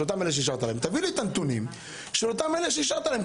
תביא לי את הנתונים של אלה שאישרת להם.